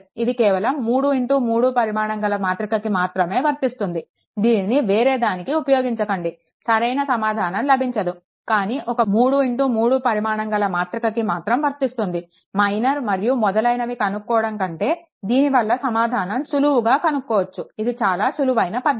ఇది కేవలం 33 పరిమాణం గల మాతృకకి మాత్రమే వర్తిస్తుంది దీనిని వేరే దానికి ఉపయోగించకండి సరైన సమాధానం లభించదు కానీ ఒక 33 పరిమాణం గల మాతృక కి మాత్రం వర్తిస్తుంది మైనర్ మరియు మొదలైనవి కనుక్కోవడం కంటే దీని వల్ల సమాధానం సులువుగా కనుక్కోవచ్చు ఇది చాలా సులువైన పద్ధతి